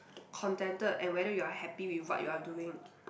contented and whether you are happy with what you're doing